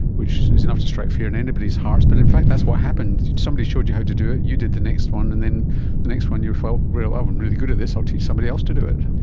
which is enough to strike fear in anybody's heart but in fact that's what happened somebody showed you how to do it, you did the next one, and then the next one you felt, well, i'm and really good at this, i'll teach somebody else to do it.